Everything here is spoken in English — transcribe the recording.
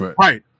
Right